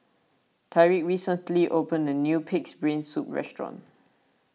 Tyriq recently opened a new Pig's Brain Soup restaurant